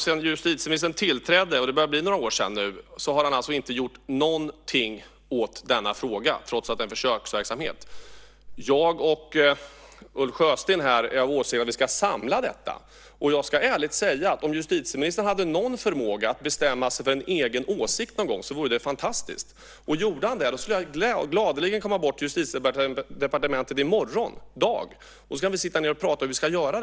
Sedan justitieministern tillträdde - det börjar bli några år sedan - har han inte gjort någonting åt denna fråga, trots att det är en försöksverksamhet. Jag och Ulf Sjösten anser att vi ska samla detta. Jag ska ärligt säga att det vore fantastiskt om justitieministern hade någon förmåga att bestämma sig för en egen åsikt. Om han gjorde det skulle jag gladeligen gå till Justitiedepartementet i morgon dag och sitta ned och prata om hur vi ska göra.